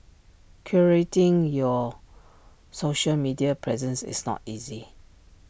curating your social media presence is not easy